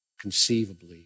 conceivably